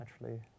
naturally